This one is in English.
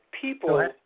people